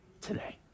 today